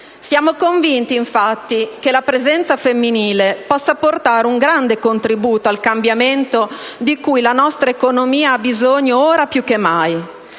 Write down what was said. Siamo convinti, infatti, che la presenza femminile possa portare un grande contributo al cambiamento di cui la nostra economia ha bisogno ora più che mai.